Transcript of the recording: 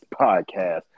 podcast